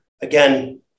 Again